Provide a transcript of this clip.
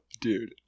dude